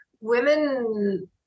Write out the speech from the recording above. women